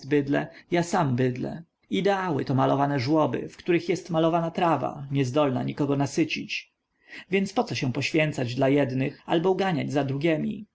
geist bydlę ja sam bydlę ideały to malowane żłoby w których jest malowana trawa niezdolna nikogo nasycić więc co się poświęcać dla jednych albo uganiać za drugiemi